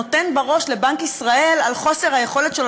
נותן בראש לבנק ישראל על חוסר היכולת שלו